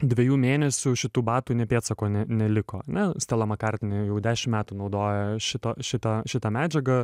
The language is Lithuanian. dviejų mėnesių šitų batų nė pėdsako neliko na stela makartni jau dešimt metų naudoja šitą šitą šitą medžiagą